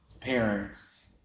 parents